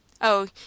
Oh